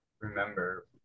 remember